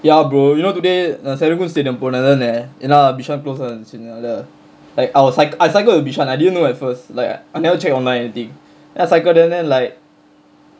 ya bro you know today நா:naa serangoon stadium போன தான ஏனா:pona thaana yaenaa bishan close down இருன்சு அதுனால:irunchu athunaala I was like I cycled to bishan I didn't know at first like I never checked online or anything then I cycle there then like